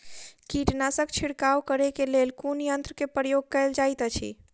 कीटनासक छिड़काव करे केँ लेल कुन यंत्र केँ प्रयोग कैल जाइत अछि?